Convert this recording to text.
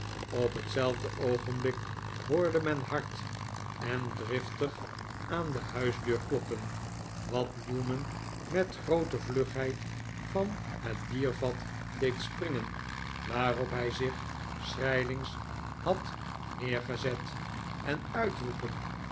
op hetzelfde oogenblik hoorde men hard en driftig aan de huisdeur kloppen wat newman met groote vlugheid van het biervat deed springen waarop hij zich schrijlings had neergezet en uitroepen